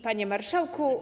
Panie Marszałku!